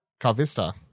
Carvista